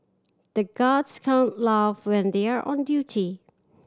the guards can't laugh when they are on duty